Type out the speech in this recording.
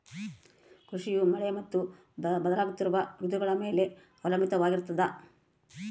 ಕೃಷಿಯು ಮಳೆ ಮತ್ತು ಬದಲಾಗುತ್ತಿರೋ ಋತುಗಳ ಮ್ಯಾಲೆ ಅವಲಂಬಿತವಾಗಿರ್ತದ